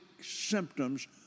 symptoms